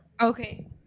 Okay